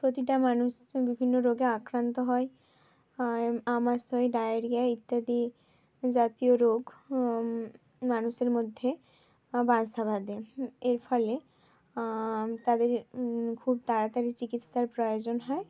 প্রতিটা মানুষ বিভিন্ন রোগে আক্রান্ত হয় জয় আমাশয় ডাইরিয়া ইত্যাদি জাতীয় রোগ মানুষের মধ্যে বাসা বাঁধে এর ফলে তাদের খুব তাড়াতাড়ি চিকিৎসার প্রয়োজন হয়